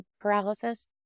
paralysis